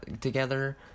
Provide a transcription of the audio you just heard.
together